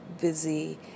busy